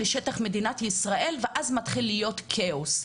לשטח מדינת ישראל ואז מתחיל להיות כאוס.